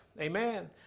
Amen